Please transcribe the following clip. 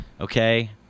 Okay